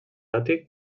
àtic